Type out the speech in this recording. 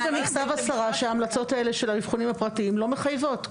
כתוב במכתב השרה שההמלצות האלה של האבחונים הפרטיים לא מחייבות,